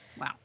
Wow